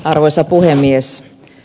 arvoisa puhemies